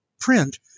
print